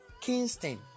Kingston